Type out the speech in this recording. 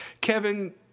Kevin